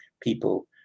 people